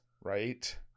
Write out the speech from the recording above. right